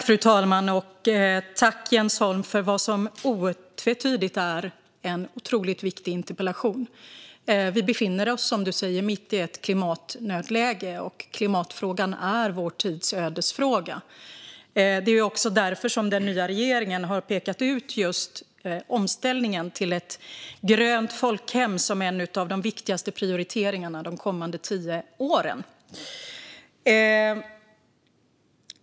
Fru talman! Tack, Jens Holm, för vad som otvetydigt är en otroligt viktig interpellation! Vi befinner oss, som du säger, mitt i ett klimatnödläge. Klimatfrågan är vår tids ödesfråga. Det är också därför den nya regeringen har pekat ut just omställningen till ett grönt folkhem som en av de viktigaste prioriteringarna de kommande tio åren.